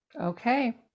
okay